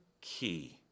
key